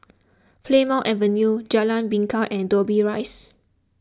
Plymouth Avenue Jalan Bingka and Dobbie Rise